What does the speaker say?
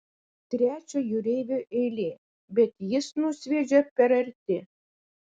trečio jūreivio eilė bet jis nusviedžia per arti